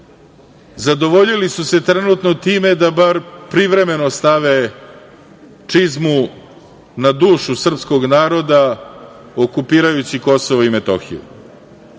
zadovoljili su se trenutno time da bar privremeno stave čizmu na dušu srpskog naroda okupirajući Kosovo i Metohiju.